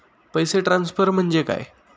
पैसे ट्रान्सफर म्हणजे काय?